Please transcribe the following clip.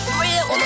real